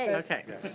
ah okay.